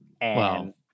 Wow